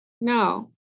No